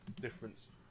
difference